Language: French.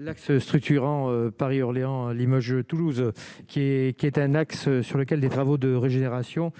L'axe structurant Paris-Orléans, Limoges, Toulouse, qui est, qui est un axe sur lequel des travaux de régénération